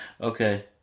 Okay